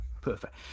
perfect